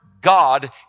God